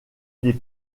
des